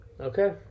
Okay